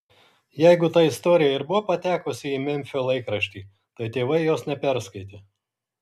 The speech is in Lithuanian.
jeigu ta istorija ir buvo patekusi į memfio laikraštį tai tėvai jos neperskaitė